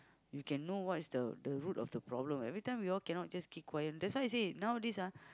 you can know what is the the root of the problem everytime we all cannot just keep quiet that's why I say nowadays ah